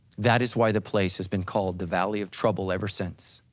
that is why the place has been called the valley of trouble ever since.